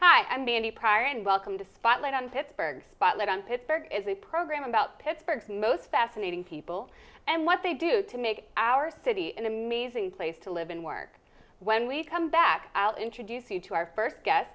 hi i'm be any prior and welcome to spotlight on pittsburgh spotlight on pittsburgh is a program about pittsburgh most fascinating people and what they do to make our city an amazing place to live and work when we come back i'll introduce you to our first gues